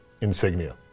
insignia